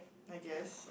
I guess